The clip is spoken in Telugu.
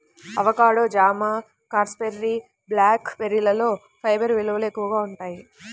అవకాడో, జామ, రాస్బెర్రీ, బ్లాక్ బెర్రీలలో ఫైబర్ విలువలు ఎక్కువగా ఉంటాయి